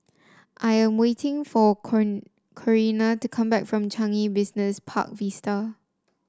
I am waiting for Corina to come back from Changi Business Park Vista